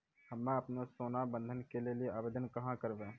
हम्मे आपनौ सोना बंधन के लेली आवेदन कहाँ करवै?